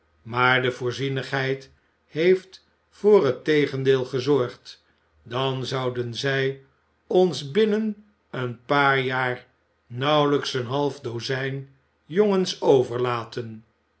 maar de voorzienigheid heeft voor t tegendeel gezorgd dan zouden zij ons binnen een paar jaar nauwelijks een half dozijn jongens overlaten